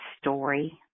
story